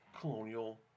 colonial